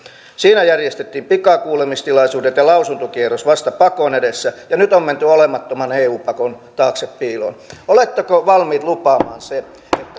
siinä järjestettiin pikakuulemistilaisuudet ja lausuntokierros vasta pakon edessä ja nyt on menty olemattoman eu pakon taakse piiloon oletteko valmiit lupaamaan sen että